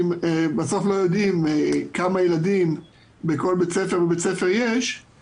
אם בסוף לא יודעים כמה ילדים יש בכל בית ספר ובית ספר ואיך